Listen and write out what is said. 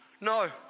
no